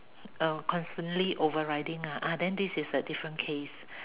uh constantly overriding lah ah then this is a different case